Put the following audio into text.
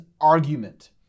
argument